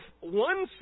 one